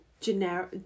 generic